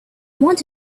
want